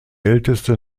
älteste